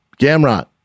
Gamrot